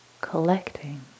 collecting